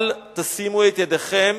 אל תשימו את ידיכם